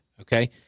okay